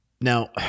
Now